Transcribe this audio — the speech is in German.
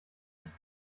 nicht